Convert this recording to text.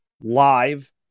live